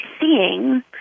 seeing